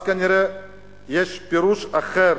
אז כנראה יש פירוש אחר